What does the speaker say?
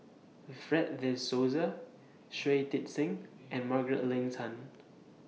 Fred De Souza Shui Tit Sing and Margaret Leng Tan